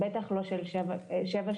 בטח לא של שבע שנים,